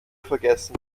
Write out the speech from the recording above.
vergessen